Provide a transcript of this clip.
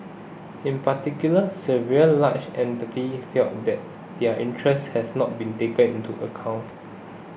in particular several large felt that their interests had not been taken into account